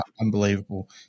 Unbelievable